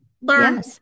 learn